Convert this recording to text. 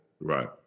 Right